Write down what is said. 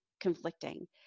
conflicting